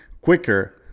quicker